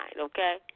okay